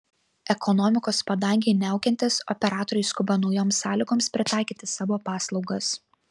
ekonomikos padangei niaukiantis operatoriai skuba naujoms sąlygoms pritaikyti savo paslaugas